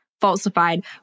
falsified